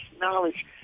knowledge